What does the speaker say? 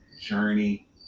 journey